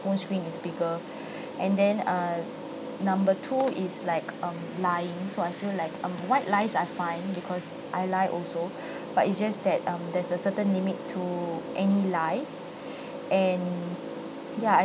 phone screen is bigger and then err number two is like um lying so I feel like um white lies are fine because I lie also but it's just that um there's a certain limit to any lies and ya I